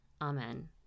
Amen